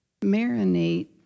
marinate